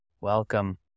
Welcome